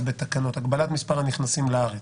גם בתקנות הגבלת מספר הנכנסים לארץ.